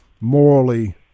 morally